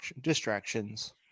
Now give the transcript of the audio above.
Distractions